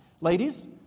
Ladies